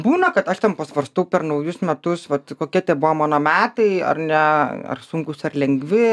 būna kad aš ten pasvarstau per naujus metus vat kokie tie buvo mano metai ar ne ar sunkūs ar lengvi